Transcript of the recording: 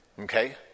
okay